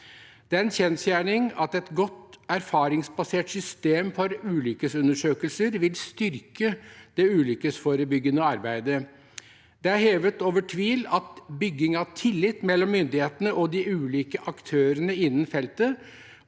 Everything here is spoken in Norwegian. Det er en kjensgjerning at et godt, erfaringsbasert system for ulykkeundersøkelser vil styrke det ulykkesforebyggende arbeidet. Det er hevet over tvil at bygging av tillit mellom myndighetene og de ulike aktørene innen feltet